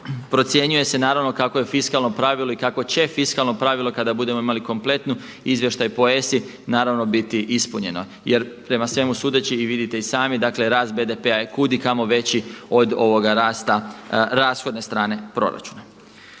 procjenjuje se naravno kako je fiskalno pravilo i kako će fiskalno pravilo kada budemo imali kompletni izvještaj po ESA-i naravno biti ispunjeno jer prema svemu sudeći i vidite i sami dakle rast BDP-a je kudikamo veći od ovoga rasta rashodne strane proračuna.